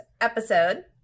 episode